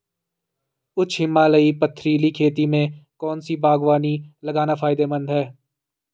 उच्च हिमालयी पथरीली खेती में कौन सी बागवानी लगाना फायदेमंद है?